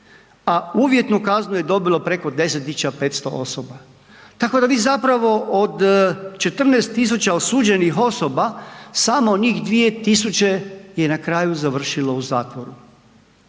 a uvjetnu kaznu je dobilo preko 10500 osoba, tako da vi zapravo od 14000 osuđenih osoba samo njih 2000 je na kraju završilo u zatvoru,